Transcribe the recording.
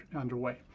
underway